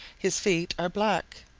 his feet are black.